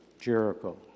Jericho